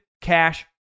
cash